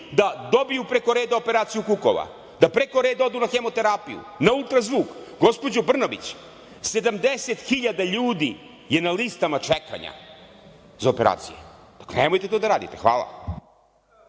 da dobiju preko reda operaciju kukova, da preko reda odu na hemoterapiju, na ultrazvuk. Gospođo Brnabić, 70.000 ljudi je na listama čekanja za operacije. Nemojte to da radite. Hvala.